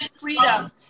freedom